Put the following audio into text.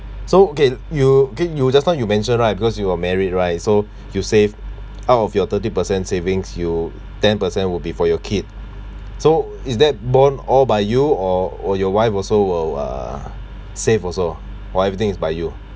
so okay you okay you just now you mention right because you're married right so you save out of your thirty percent savings you ten percent will be for your kid so is that borne all by you or or your wife also will uh save also or everything is by you